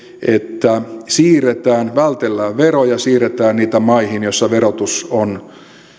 että vältellään veroja siirretään niitä maihin joissa verotus on